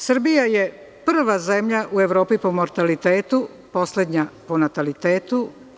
Srbija je prva zemlja u Evropi po mortalitetu, poslednja po natalitetu.